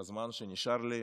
בזמן שנשאר לי,